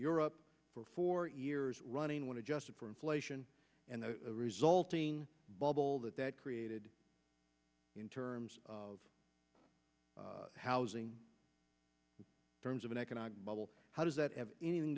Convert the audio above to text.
europe for four years running when adjusted for inflation and the resulting bubble that that created in terms of housing terms of an economic bubble how does that have anything